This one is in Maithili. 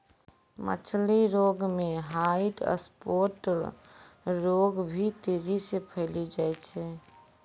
मछली रोग मे ह्वाइट स्फोट रोग भी तेजी से फैली जाय छै